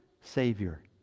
Savior